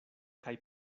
kaj